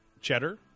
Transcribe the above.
Cheddar